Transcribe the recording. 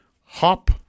Hop